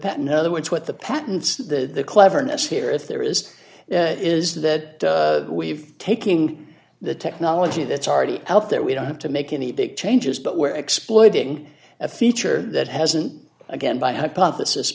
pattern in other words what the patents the cleverness here if there is is that we've taking the technology that's already out there we don't have to make any big changes but we're exploiting a feature that hasn't again by hypothesis